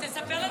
תספר לנו,